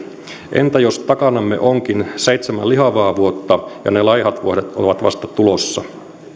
entä jos takanamme onkin seitsemän lihavaa vuotta ja ne laihat vuodet ovat vasta tulossa